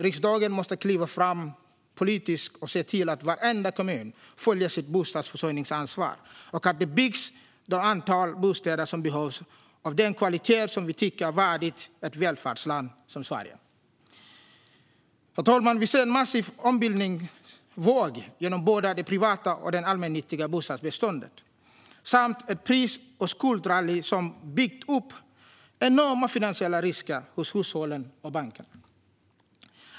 Riksdagen måste kliva fram politiskt och se till att varenda kommun tar sitt bostadsförsörjningsansvar och att det byggs det antal bostäder som behövs av den kvalitet som vi tycker är värdig ett välfärdsland som Sverige. Herr talman! Vi ser en massiv ombildningsvåg genom både det privata och det allmännyttiga bostadsbeståndet samt ett pris och skuldrally som byggt upp enorma finansiella risker hos hushållen och bankerna.